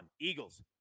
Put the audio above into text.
Eagles